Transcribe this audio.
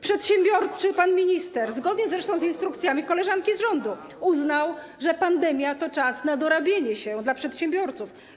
Przedsiębiorczy pan minister, zgodnie zresztą z instrukcjami koleżanki z rządu, uznał, że pandemia to czas na dorobienie się dla przedsiębiorców.